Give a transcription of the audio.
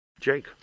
Jake